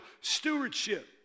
stewardship